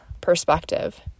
perspective